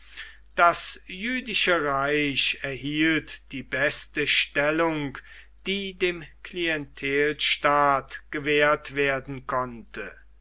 das jüdische reich erhielt die beste stellung die dem klientelstaat gewährt werden konnte